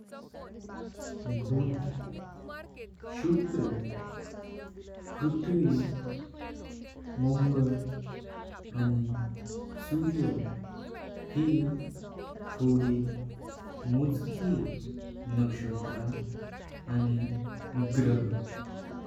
बुध, शुक्र, पृथ्वी, मंगळ। आणि सूर्य ही थोडी मोजकी नक्षत्र आणि ग्रह।